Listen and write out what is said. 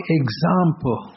example